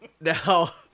now